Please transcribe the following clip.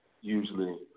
usually